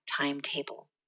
timetable